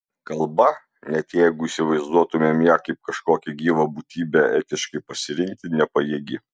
kalba net jeigu įsivaizduotumėm ją kaip kažkokią gyvą būtybę etiškai pasirinkti nepajėgi